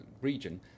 region